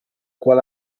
qual